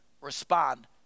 respond